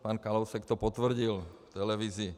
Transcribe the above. Pan Kalousek to potvrdil v televizi.